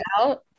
out